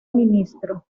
ministro